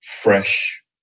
fresh